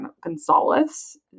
gonzalez